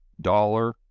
dollar